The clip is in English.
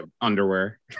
underwear